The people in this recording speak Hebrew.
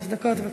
דקות.